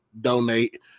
donate